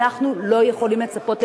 אנחנו לא יכולים לצפות לפתרון.